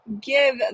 give